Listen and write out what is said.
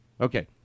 okay